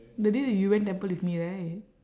that day that you went temple with me right